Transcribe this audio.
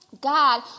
God